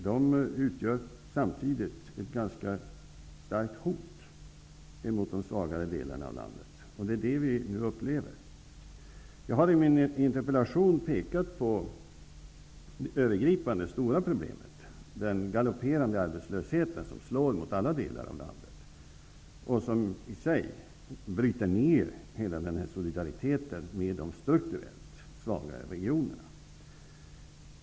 De utgör samtidigt ett ganska starkt hot mot de svagare delarna av landet. Det är det vi nu upplever. Jag har i min interpellation pekat på det övergripande, stora problemet, dvs. den galopperande arbetslösheten. Den slår mot alla delar av landet och bryter ned solidariteten med de strukturellt svagare regionerna.